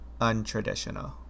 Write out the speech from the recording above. untraditional